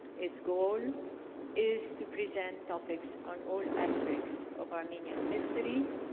its goal is to present topics on all aspects of armenian history,